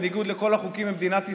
בניגוד לכל החוקים במדינת ישראל,